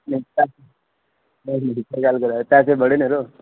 पैसे बड़े न यरो